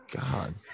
God